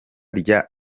rya